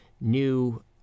New